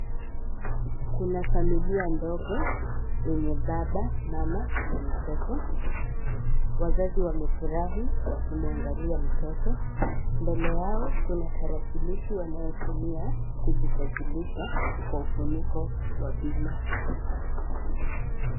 Kuna familia ndogo yenye baba, mama na mtoto, wazazi wamafurahi wakimwangalia mtoto mbele yao kuna tarakilishi wanayotumia kujisajirisha kwa ufunuo wa bima.